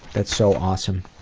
that's so awesome.